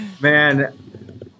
man